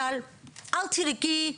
אבל אל תדאגי,